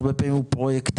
הרבה פעמים הוא פרויקטאלי.